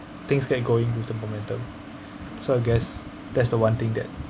things get going with the momentum so I guess that's the one thing that